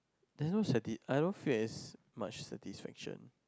<UNK I don't feel as much satisfaction